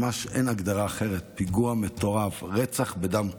ממש אין הגדרה אחרת, פיגוע מתועב, רצח בדם קר,